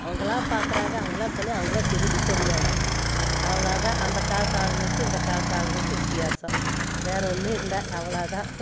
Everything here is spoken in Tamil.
அவங்களா பாக்கிறாங்க அவங்களா பண்ணி அவங்களே திருந்தி சரியாகிகிட்டும் அவ்ளவு தான் அந்த காலத்து ஆளுங்களுக்கும் இந்த காலத்து ஆளுங்களுக்கும் வித்தியாசம் வேற ஒன்றும் இல்லை அவ்ளவு தான்